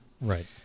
Right